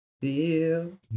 feel